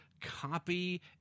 copy